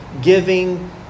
giving